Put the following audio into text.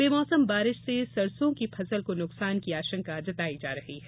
बेमौसम बारिश से सरसों की फसल को नुकसान की आशंका जताई जा रही है